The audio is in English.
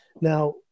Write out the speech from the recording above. Now